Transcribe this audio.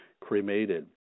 cremated